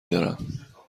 دارم